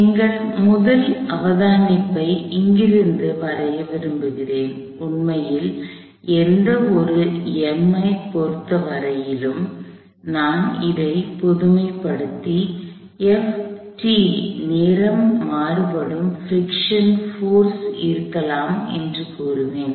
எங்கள் முதல் அவதானிப்பை இங்கிருந்து வரைய விரும்புகிறேன் உண்மையில் எந்த ஒரு M ஐ பொறுத்தவரையிலும் நான் இதைப் பொதுமைப்படுத்தி நேரம் மாறுபடும் பிரிக்க்ஷன் போர்ஸ் க இருக்கலாம் என்று கூறுவேன்